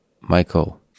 Michael